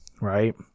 right